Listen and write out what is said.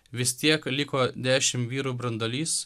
vis tiek liko dešim vyrų branduolys